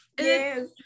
Yes